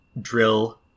drill